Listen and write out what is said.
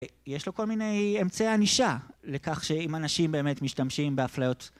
יש לו כל מיני אמצעי ענישה, לכך שאנשים באמת משתמשים באפליות